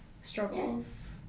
struggles